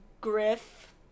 Griff